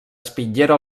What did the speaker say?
espitllera